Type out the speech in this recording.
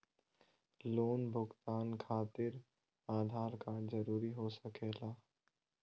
Loan भुगतान खातिर Aadhaar card जरूरी हो सके ला?